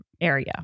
area